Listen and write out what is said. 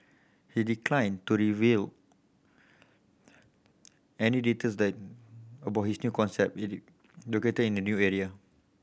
he declined to reveal any details that about his new concept it located in a new area